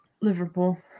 Liverpool